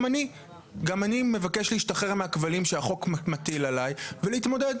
אני מבקש להשתחרר מהכבלים שהחוק מטיל עליי ולהתמודד?